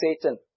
Satan